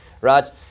right